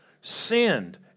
sinned